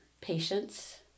patience